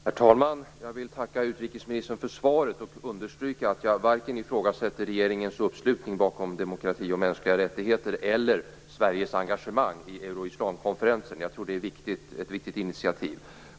Herr talman! Jag vill tacka utrikesministern för svaret och understryka att jag varken ifrågasätter regeringens uppslutning bakom demokrati och mänskliga rättigheter eller Sveriges engagemang i Euroislamkonferensen. Jag tycker att det är ett viktigt initiativ.